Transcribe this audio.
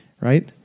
right